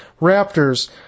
Raptors